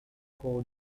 court